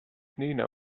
nina